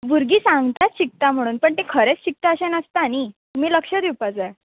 भुरगीं सांगतात शिकता म्हुणून पण तें खरेंच शिकता अशें नासता न्ही तुमी लक्ष दिवपा जाय